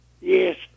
Yes